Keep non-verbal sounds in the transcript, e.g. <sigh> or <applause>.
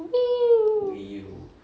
<noise>